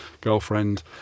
girlfriend